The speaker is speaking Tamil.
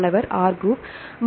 மாணவர் R குரூப் R குரூப்